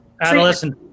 Adolescent